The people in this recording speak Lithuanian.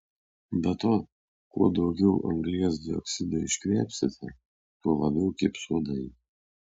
be to kuo daugiau anglies dioksido iškvėpsite tuo labiau kibs uodai